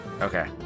Okay